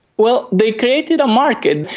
well, they created a market.